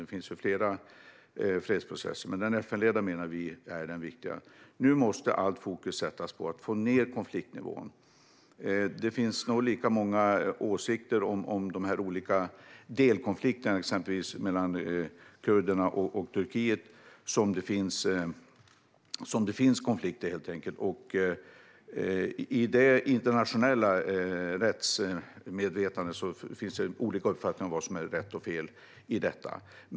Det finns ju flera fredsprocesser, men vi menar att den FN-ledda är den viktiga. Nu måste allt fokus sättas på att få ned konfliktnivån. Det finns nog lika många åsikter om de olika delkonflikterna, exempelvis mellan kurderna och Turkiet, som det finns konflikter. I det internationella rättsmedvetandet finns det olika uppfattningar om vad som är rätt och fel i detta.